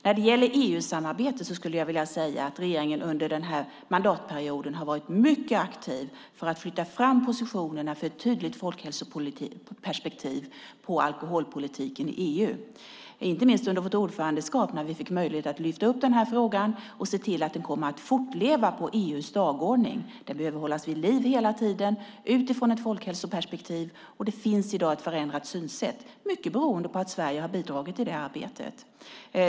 När det gäller EU-samarbetet skulle jag vilja säga att regeringen under denna mandatperiod har varit mycket aktiv för att flytta fram positionerna för ett tydligt folkhälsoperspektiv på alkoholpolitiken i EU, inte minst under vårt ordförandeskap när vi fick möjlighet att lyfta fram denna fråga för att se till att den kommer att fortleva på EU:s dagordning. Den behöver hållas vid liv hela tiden utifrån ett folkhälsoperspektiv. Det finns i dag ett förändrat synsätt, mycket beroende på att Sverige har bidragit till detta arbete.